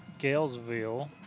Galesville